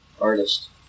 artist